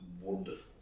wonderful